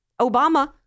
Obama